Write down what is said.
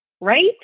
right